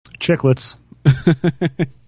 Chicklets